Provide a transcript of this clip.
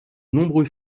nombreux